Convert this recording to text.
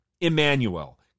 Emmanuel